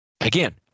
Again